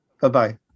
Bye-bye